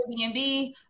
Airbnb